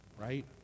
right